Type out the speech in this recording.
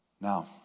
Now